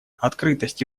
открытость